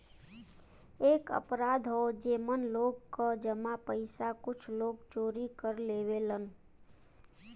एक अपराध हौ जेमन लोग क जमा पइसा कुछ लोग चोरी कर लेवलन